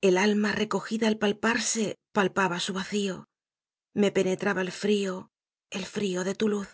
el alma recojida al palparse palpaba su vacío me penetraba el frío el frío de tu luz